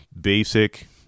basic